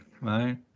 Right